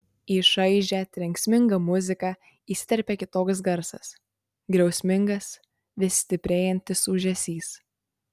į šaižią trenksmingą muziką įsiterpia kitoks garsas griausmingas vis stiprėjantis ūžesys